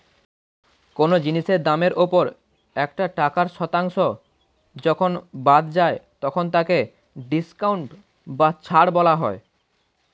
কোন জিনিসের দামের ওপর একটা টাকার শতাংশ যখন বাদ যায় তখন তাকে ডিসকাউন্ট বা ছাড় বলা হয়